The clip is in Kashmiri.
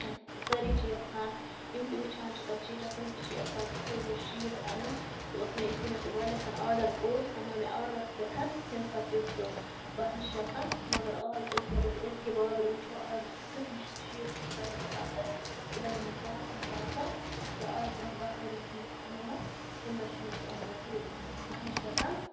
سٲری چھِ یَژھان یم تہِ وٕچھان چھِ تَتھ شیٖٹَس تِم تہِ چھِ یَژھان تیُتھُے ہیوٗ شیٖٹ اَنُن سُہ اوس مےٚ یُتھُے مےٚ سُہ گۄڈنیٚتھ آڈَر کوٚر سُہ اَننوو مےٚ آڈرَس پیٚٹھ تمہِ ساتہٕ پیٚو سُہ بَہَن شَتَن مَگَر آز اَگَر أسۍ أزکہِ بازرٕ وٕچھو آزٕ تیُتھُے شیٖٹ چُکایاو مےٚ پَتہٕ سُہ بَنیوو مےٚ پانٛژَن ساسَن تہٕ آز برونٛہہ باہہ ؤری چھُ مےٚ سُہ اوٚنمُت تمہِ دۄہہ چھُ مےٚ سُہ اوٚنمُت صرف بَہَن شَتَن